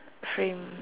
frame